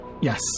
Yes